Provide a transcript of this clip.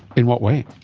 in what way?